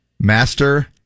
Master